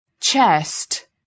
Chest